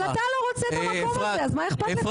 אתה לא רוצה את המקום הזה, אז מה אכפת לך?